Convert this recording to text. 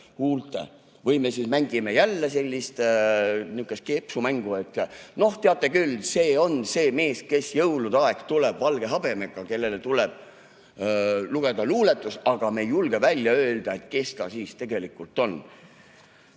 või me siis mängime jälle sellist keksumängu, et teate küll, see on see mees, kes jõulude aeg tuleb, valge habemega, kellele tuleb lugeda luuletust, aga me ei julge välja öelda, kes ta siis tegelikult